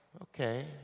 okay